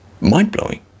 mind-blowing